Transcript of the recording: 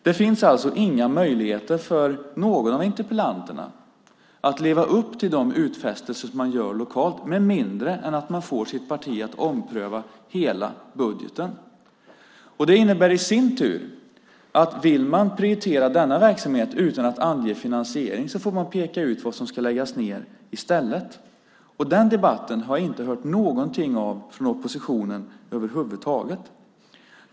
Det finns alltså inga möjligheter för någon av interpellanterna att leva upp till de utfästelser man gör lokalt med mindre än att man får sitt parti att ompröva hela budgeten. Det innebär i sin tur att vill man prioritera denna verksamhet utan att ange finansiering får man peka ut vad som ska läggas ned i stället. Den debatten har jag inte hört någonting av från oppositionen över huvud taget.